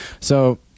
So-